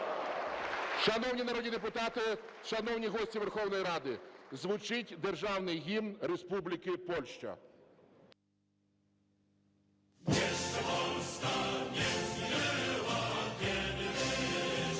Шановні народні депутати, шановні гості Верховної Ради, звучить державний гімн Республіки Польща.